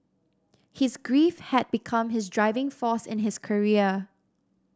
his grief had become his driving force in his career